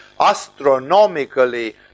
astronomically